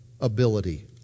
ability